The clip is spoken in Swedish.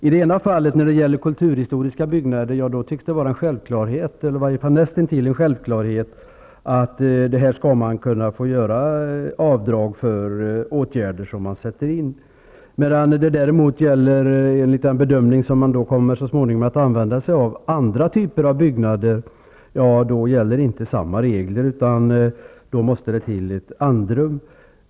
I det ena fallet, när det gäller kulturhistoriska byggnader, tycks det vara nästintill en självklarhet att här skall avdrag få göras för åtgärder som sätts in. Men när det, enligt den bedömning man så småningom kommer att göra, gäller andra typer av byggnader skall samma regler inte tillämpas, utan då måste det till ett andrum.